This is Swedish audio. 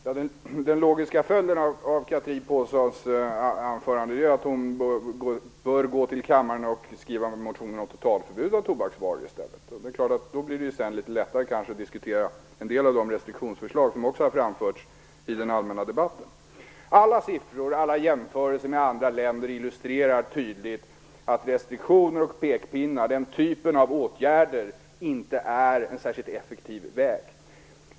Herr talman! Den logiska följden av Chatrine Pålssons anförande är att hon bör gå till kammaren med en motion om totalförbud mot tobaksvaror i stället. Då blir det litet lättare att diskutera en del av de restriktionsförslag som också har framförts i den allmänna debatten. Alla siffror och alla jämförelser med andra länder illustrerar tydligt att restriktioner och pekpinnar och den typen av åtgärder inte är en särskilt effektiv väg.